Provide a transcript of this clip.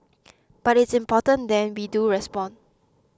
but it's important that we do respond